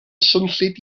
swnllyd